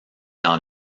dans